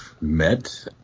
met